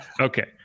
okay